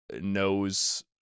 knows